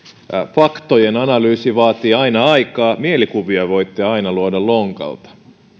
faktojen analyysi vaatii aina aikaa mielikuvia voitte aina luoda lonkalta